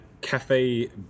Cafe